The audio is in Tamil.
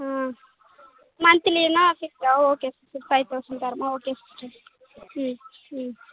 ஆ மந்த்லினா ஃபிக்சடா ஓகே சிஸ்டர் ஃபைவ் தௌசண்ட் வருமா ஓகே சிஸ்டர் ம் ம்